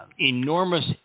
enormous